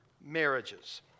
marriages